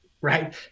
right